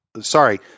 Sorry